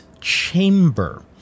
chamber